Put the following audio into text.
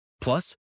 Plus